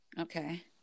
Okay